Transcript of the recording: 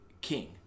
king